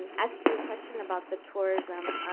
and as to your question about the tourism